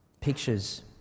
pictures